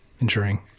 ensuring